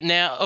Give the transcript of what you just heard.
Now